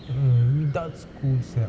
uh without school's help